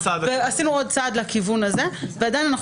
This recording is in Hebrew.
עשינו עוד צעד לכיוון הזה ועדיין אנחנו